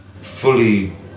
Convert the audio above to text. fully